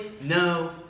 no